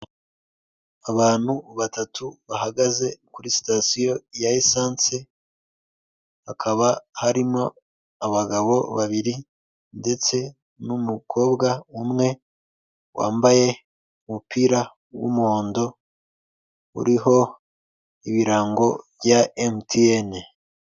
Abantu batatu bahagaze kuri sitasiyo ya lisansi, hakaba harimo abagabo babiri ndetse n'umukobwa umwe wambaye umupira w'umuhondo uriho ibirango bya emutiyene.